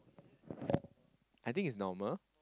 I think is normal